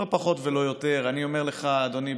לא פחות ולא יותר, אני אומר לך, אדוני,